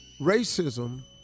racism